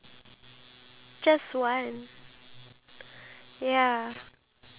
a bit noisy but I have no hate towards dog I just feel like the